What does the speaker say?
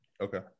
Okay